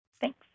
Thanks